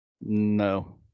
No